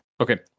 Okay